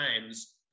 times